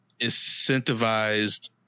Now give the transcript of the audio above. incentivized